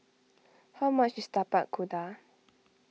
how much is Tapak Kuda